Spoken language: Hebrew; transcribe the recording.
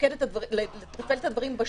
לתפעל את הדברים בשטח.